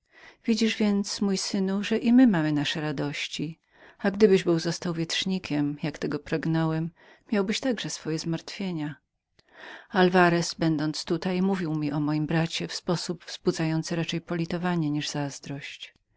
widzisz więc mój synu że i my mamy nasze radości i gdybyś był został wietrznikiem jak tego pragnąłem miałbyś był także twoje zmartwienia alwarez będąc tutaj mówił mi o moim bracie w sposób wzbudzający raczej politowanie niż zazdrość